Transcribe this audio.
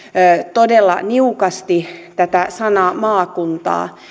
todella niukasti tätä sanaa maakunta